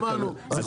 שמענו.